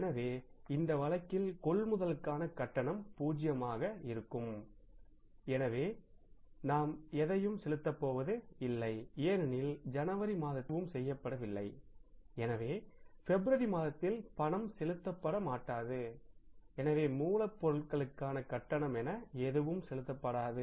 எனவே இந்த வழக்கில் கொள்முதலுக்கான கட்டணம் பூச்சியமாக இருக்கும் எனவே நாம் எதையும் செலுத்தப் போவதில்லை ஏனெனில் ஜனவரி மாதத்தில் கொள்முதல் எதுவும் செய்யப்படவில்லைஎனவே பிப்ரவரி மாதத்தில் ரொக்கம் செலுத்தப்பட மாட்டாது எனவே மூலப்பொருட்களுக்கான கட்டணம் என எதுவும் செலுத்தப்படாது